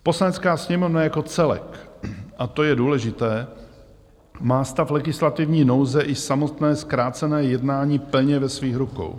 Poslanecká sněmovna jako celek, a to je důležité, má stav legislativní nouze i samotné zkrácené jednání plně ve svých rukou.